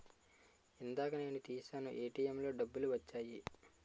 ఇందాక నేను తీశాను ఏటీఎంలో డబ్బులు వచ్చాయి